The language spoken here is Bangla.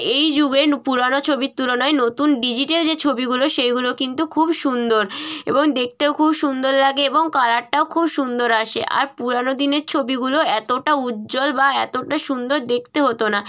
এই যুগে পুরানো ছবির তুলনায় নতুন ডিজিটাল যে ছবিগুলো সেইগুলো কিন্তু খুব সুন্দর এবং দেখতেও খুব সুন্দর লাগে এবং কালারটাও খুব সুন্দর আসে আর পুরানো দিনের ছবিগুলো এতটা উজ্জ্বল বা এতটা সুন্দর দেখতে হতো না